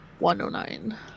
109